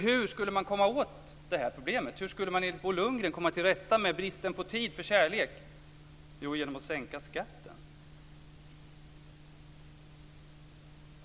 Hur skulle man enligt Bo Lundgren komma åt problemet och komma till rätta med bristen på tid för kärlek? Jo, det skulle man göra genom att sänka skatten.